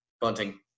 Bunting